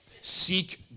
Seek